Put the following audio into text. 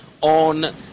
on